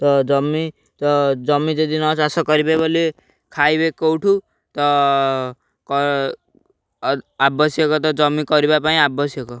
ତ ଜମି ତ ଜମି ଯଦି ନ ଚାଷ କରିବେ ବୋଲି ଖାଇବେ କେଉଁଠୁ ତ ଆବଶ୍ୟକ ତ ଜମି କରିବା ପାଇଁ ଆବଶ୍ୟକ